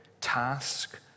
task